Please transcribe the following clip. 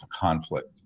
conflict